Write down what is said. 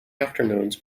afternoons